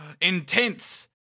Intense